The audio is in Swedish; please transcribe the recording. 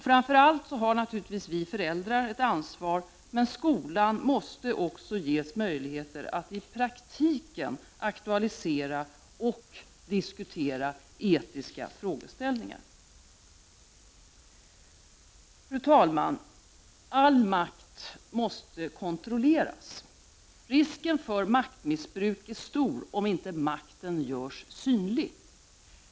Framför allt har vi föräldrar ett ansvar. Men skolan måste också ges möjlighet att i praktiken aktualisera och diskutera etiska frågeställningar. Fru talman! All makt måste kontrolleras. Risken för maktmissbruk är stor om inte makten görs synlig.